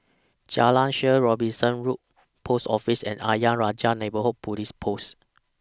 Jalan Shaer Robinson Road Post Office and Ayer Rajah Neighbourhood Police Post